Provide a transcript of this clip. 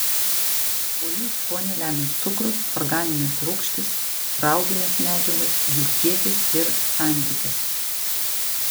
obuolių skonį lemia cukrus organinės rūgštys rauginės medžiagos jų kiekis ir santykis